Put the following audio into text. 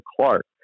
Clark